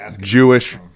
Jewish